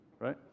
right